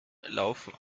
laufen